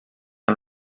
amb